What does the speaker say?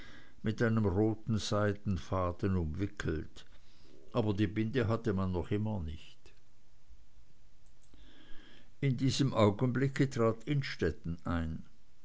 mit einem roten seidenfaden umwickelt aber die binde hatte man noch immer nicht in diesem augenblick trat innstetten ein